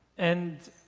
and